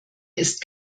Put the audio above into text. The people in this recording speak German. ist